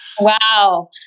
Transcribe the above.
Wow